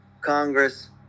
Congress